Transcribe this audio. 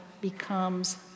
becomes